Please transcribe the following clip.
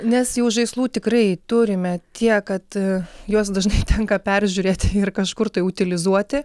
nes jau žaislų tikrai turime tiek kad juos dažnai tenka peržiūrėti ir kažkur tai utilizuoti